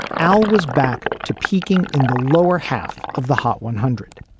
al was back to peking in the lower half of the hot one hundred.